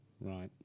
Right